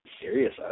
Serious